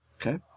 Okay